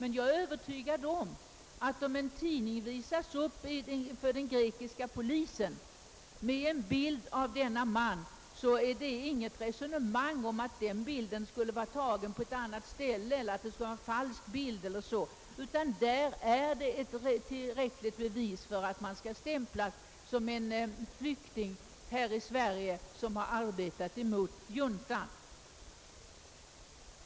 Men jag är övertygad om att ifall en tidning med en bild av denne man visas upp inför den grekiska polisen, så blir det inget resonemang om att den bilden skulle vara tagen på ett annat ställe, att det skulle vara en falsk bild e. d., utan bilden anses utgöra tillräckligt bevis för att vederbörande kan stämplas som en flykting som här i Sverige arbetat emot juntan.